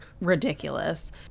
ridiculous